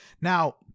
Now